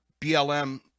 BLM